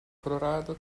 colorado